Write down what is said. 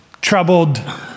troubled